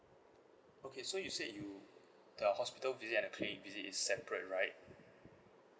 okay so you say you the hospital visit and the clinic visit is separate right